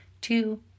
Two